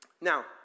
Now